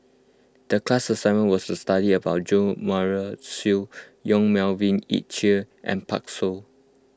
the class assignment was to study about Jo Marion Seow Yong Melvin Yik Chye and Pan Shou